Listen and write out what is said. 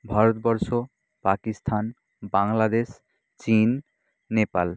ভারতবর্ষ পাকিস্তান বাংলাদেশ চীন নেপাল